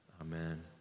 Amen